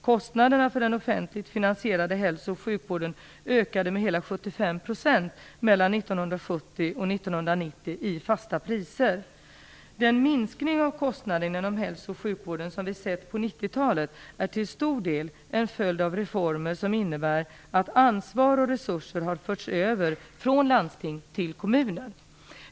Kostnaderna för den offentligt finansierade hälso och sjukvården ökade med hela 75 % mellan 1970 och 1990 i fasta priser. Den minskning av kostnaderna inom hälso och sjukvården som vi har sett på 1990-talet är till stor del en följd av reformer som innebär att ansvar och resurser har förts över från landsting till kommuner.